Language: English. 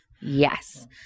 yes